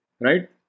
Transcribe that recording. right